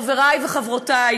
חברותי וחברי,